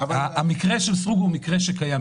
המקרה של סרוגו הוא מקרה שקיים.